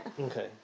Okay